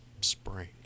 spring